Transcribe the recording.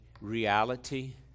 reality